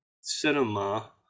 cinema